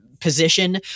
position